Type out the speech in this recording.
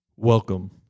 Welcome